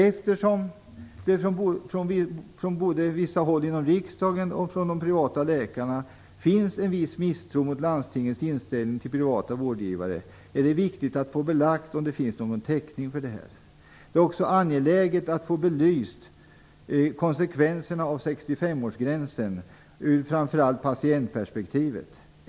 Eftersom det från vissa håll inom riksdagen och från de privata läkarna finns en viss misstro mot landstingets inställning till privata vårdgivare är det viktigt att få belagt om det finns någon täckning för det. Det är också angeläget att få belyst konsekvenserna av 65-årsgränsen ur framför allt patientperspektivet.